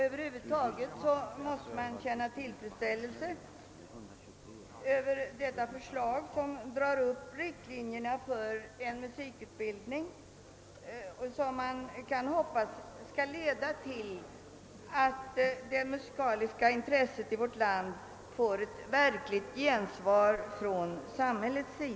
Över huvud taget måste man känna tillfredsställelse över det framlagda förslaget, där det dras upp riktlinjer för en musikutbildning som man kan hoppas skall leda till att det musikaliska intresset i vårt land kommer att möta ett verkligt gensvar från samhället.